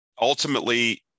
ultimately